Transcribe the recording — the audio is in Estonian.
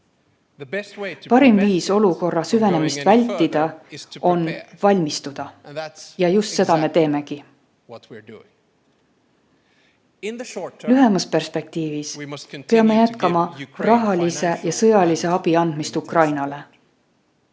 Parim viis olukorra süvenemist vältida on valmistuda. Ja just seda me teemegi. Lühemas perspektiivis peame jätkama rahalise ja sõjalise abi andmist Ukrainale.